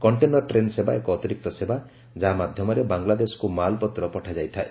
container train ସେବା ଏକ ଅତିରିକ୍ତ ସେବା ଯାହା ମାଧ୍ୟମରେ ବାଂଲାଦେଶକ୍ତ ମାଲପତ୍ର ପଠାଯାଇଥାଏ